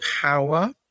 power